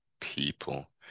people